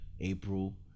April